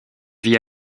vit